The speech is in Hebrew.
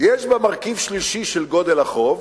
יש בה מרכיב שלישי, של גודל החוב,